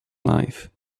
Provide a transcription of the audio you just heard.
alive